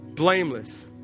Blameless